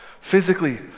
Physically